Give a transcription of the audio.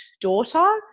daughter